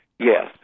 Yes